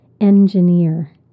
Engineer